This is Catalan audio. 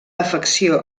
afecció